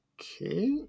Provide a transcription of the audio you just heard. okay